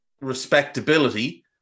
respectability